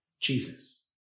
Jesus